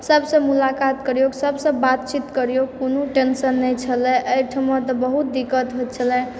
सभसँ मुलाकात करिऔ सभसँ बातचीत करिऔ कोनो टेन्शन नहि छलय अइठमाँ तऽ बहुत दिक्कत होयत छलय